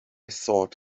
thought